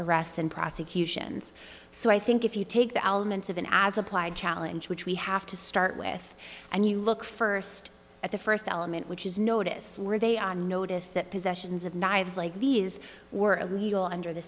arrest and prosecution so i think if you take the elements of an as applied challenge which we have to start with and you look first at the first element which is notice were they on notice that possessions of knives like these were illegal under the